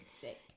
sick